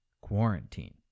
quarantine